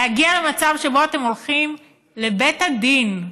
להגיע למצב שבו אתם הולכים לבית הדין,